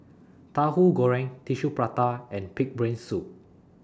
Tahu Goreng Tissue Prata and Pig'S Brain Soup